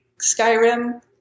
Skyrim